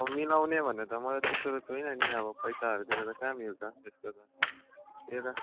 मिलाउने भन्ने त म त त्यस्तो त छुइनँ नि अब पैसाहरूतिर त कहाँ मिल्छ त्यस्तो त यो त